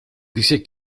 dice